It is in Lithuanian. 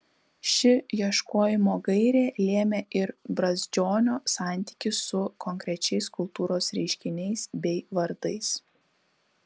ši ieškojimo gairė lėmė ir brazdžionio santykį su konkrečiais kultūros reiškiniais bei vardais